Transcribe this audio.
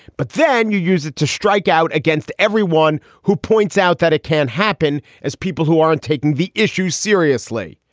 but then you use it to strike out against everyone who points out that it can happen as people who aren't taking the issue seriously.